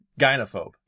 gynaphobe